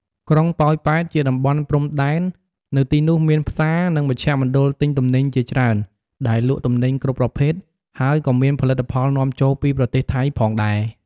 ក្រុងប៉ោយប៉ែតជាតំបន់ព្រំដែន នៅទីនោះមានផ្សារ និង មជ្ឈមណ្ឌលទិញទំនិញជាច្រើនដែលលក់ទំនិញគ្រប់ប្រភេទ ហើយក៏មានផលិតផលនាំចូលពីប្រទេសថៃផងដែរ។